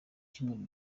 cyumweru